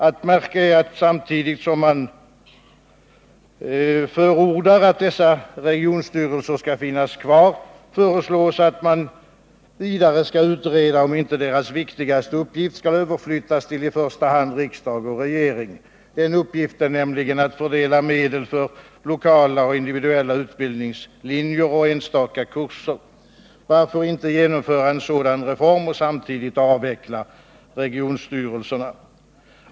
Att märka är att samtidigt som det förordas att dessa regionstyrelser skall finnas kvar, så föreslås att man bör utreda om inte dessa regionstyrelsers viktigaste uppgift skall överflyttas till i första hand riksdag och regering, den uppgiften nämligen att fördela medel till lokala och individuella utbildnings Nr 120 linjer och enstaka kurser. Varför inte genomföra en sådan reform och Onsdagen den samtidigt avveckla regionstyrelserna?